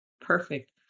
Perfect